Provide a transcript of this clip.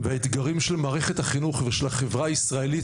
האתגרים של מערכת החינוך ושל החברה הישראלית,